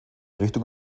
richtung